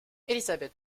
elizabeth